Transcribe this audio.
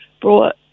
brought